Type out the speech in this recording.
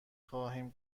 خواهیم